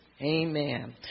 Amen